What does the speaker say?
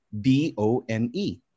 D-O-N-E